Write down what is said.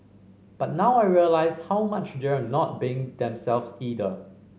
but now I realise how much they're not being themselves either